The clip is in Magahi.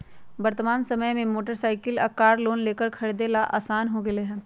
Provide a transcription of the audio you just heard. वर्तमान समय में मोटर साईकिल या कार लोन लेकर खरीदे ला आसान हो गयले है